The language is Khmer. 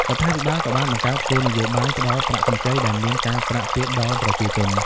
រដ្ឋាភិបាលក៏បានបង្កើតគោលនយោបាយផ្តល់ប្រាក់កម្ចីដែលមានការប្រាក់ទាបដល់ប្រជាជន។